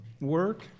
Work